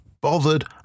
Bothered